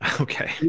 okay